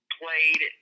played